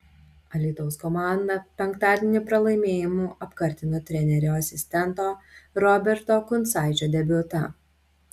alytaus komanda penktadienį pralaimėjimu apkartino trenerio asistento roberto kuncaičio debiutą